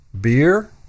Beer